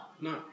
no